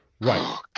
Right